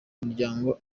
umuryango